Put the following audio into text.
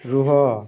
ରୁହ